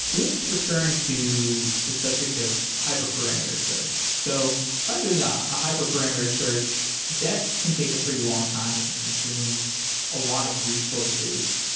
let's return to the subject of hyperparameter search. so i'm doing a ah hyperparameter search. that can take a pretty long-time. it can consume a lot of resources.